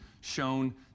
shown